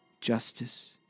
Justice